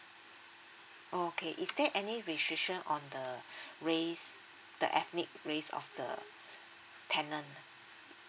okay is there any restriction on the race the ethnic race of the tenant ah